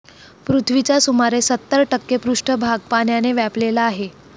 पृथ्वीचा सुमारे सत्तर टक्के पृष्ठभाग पाण्याने व्यापलेला आहे